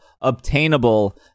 obtainable